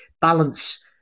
balance